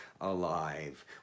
alive